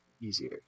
easier